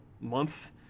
month